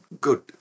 good